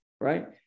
right